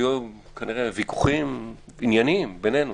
ויהיו עליהם כנראה ויכוחים ענייניים בינינו,